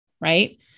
right